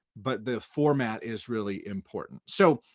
but the format is really important. so,